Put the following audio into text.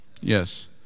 Yes